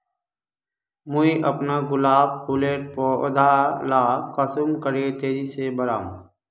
मुई अपना गुलाब फूलेर पौधा ला कुंसम करे तेजी से बढ़ाम?